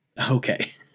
Okay